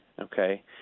okay